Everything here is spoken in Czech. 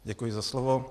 Děkuji za slovo.